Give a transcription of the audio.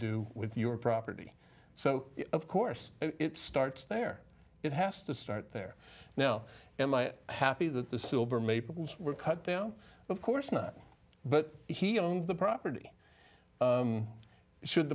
do with your property so of course it starts there it has to start there now am i happy that the silver maples were cut down of course not but he owned the property should